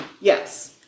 yes